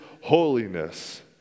holiness